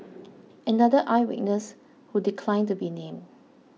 another eye witness who declined to be named